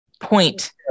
point